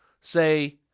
say